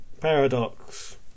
Paradox